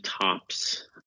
tops